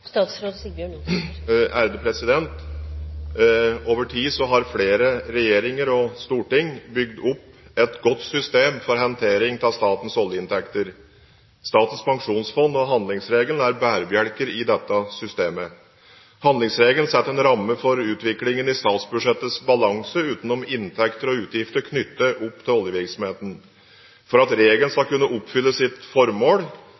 Over tid har flere regjeringer og storting bygd opp et godt system for håndtering av statens oljeinntekter. Statens pensjonsfond og handlingsregelen er bærebjelker i dette systemet. Handlingsregelen setter en ramme for utviklingen i statsbudsjettets balanse utenom inntekter og utgifter knyttet opp til oljevirksomheten. For at regelen skal kunne oppfylle sitt formål,